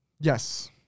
Yes